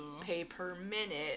pay-per-minute